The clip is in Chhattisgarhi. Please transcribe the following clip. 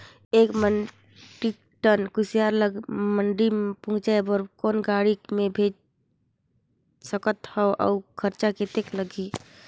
एक मीट्रिक टन कुसियार ल मंडी पहुंचाय बर कौन गाड़ी मे भेज सकत हव अउ खरचा कतेक लगही?